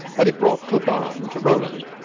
but it brought little balm to roland.